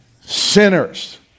sinners